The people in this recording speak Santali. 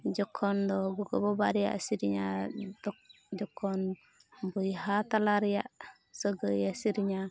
ᱡᱚᱠᱷᱚᱱ ᱫᱚ ᱜᱚᱜᱚ ᱵᱟᱵᱟ ᱨᱮᱭᱟᱜ ᱥᱮᱨᱮᱧᱟ ᱡᱚᱠᱷᱚᱱ ᱵᱚᱭᱦᱟ ᱛᱟᱞᱟ ᱨᱮᱭᱟᱜ ᱥᱟᱹᱜᱟᱹᱭᱮ ᱥᱮᱨᱮᱧᱟ